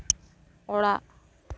ᱚᱲᱟᱜ